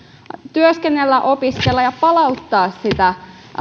työskennellä opiskella ja palauttaa sitä